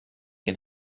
can